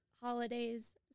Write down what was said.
holidays